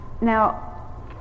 now